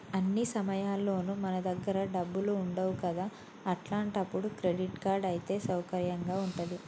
అన్ని సమయాల్లోనూ మన దగ్గర డబ్బులు ఉండవు కదా అట్లాంటప్పుడు క్రెడిట్ కార్డ్ అయితే సౌకర్యంగా ఉంటది